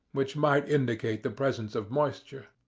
which might indicate the presence of moisture.